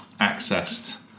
accessed